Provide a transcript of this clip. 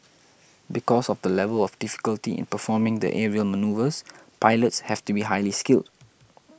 because of the level of difficulty in performing the aerial manoeuvres pilots have to be highly skilled